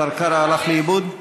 השר קרא הלך לאיבוד?